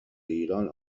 ایران